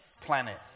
planet